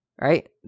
right